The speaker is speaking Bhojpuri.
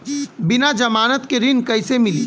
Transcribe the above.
बिना जमानत के ऋण कैसे मिली?